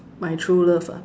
my true love ah